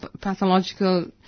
pathological